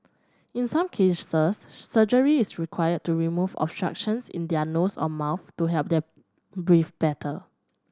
in some cases surgery is required to remove obstructions in their nose or mouth to help them breathe better